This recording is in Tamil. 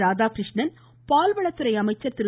ராதாகிருஷ்ணன் பால்வளத்துறை அமைசச்ர் திரு